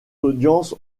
audiences